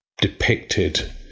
depicted